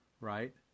right